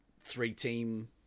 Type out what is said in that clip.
three-team